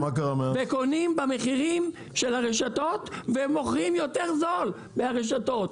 קונים במחירים של הרשתות ומוכרים יותר זול מהרשתות.